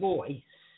Voice